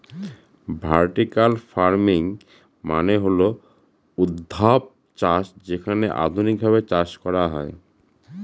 vertical farming মানে হল ঊর্ধ্বাধ চাষ যেখানে আধুনিকভাবে চাষ করা হয়